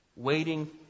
Waiting